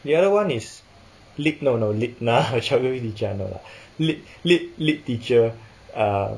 the other one is lit no no lit nah geography teacher no lit lit lit teacher ah